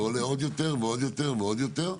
ועולה עוד יותר ועוד יותר ועוד יותר.